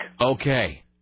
Okay